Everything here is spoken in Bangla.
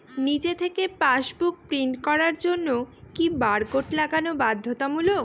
নিজে থেকে পাশবুক প্রিন্ট করার জন্য কি বারকোড লাগানো বাধ্যতামূলক?